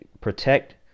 protect